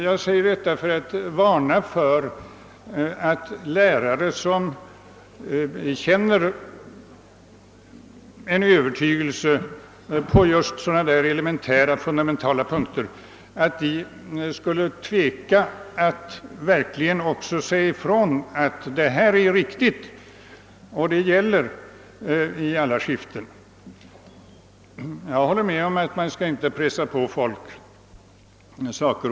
Jag säger detta för att varna för att lärare, som känner en övertygelse på just sådäna elementära, fundamentala punkter, skulle tveka att verkligen också säga ifrån att detta är riktigt och gäller i alla skiften. Jag håller med om att man inte skall pressa på folk åsikter.